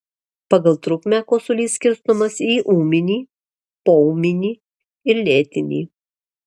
pagal trukmę kosulys skirstomas į ūminį poūminį ir lėtinį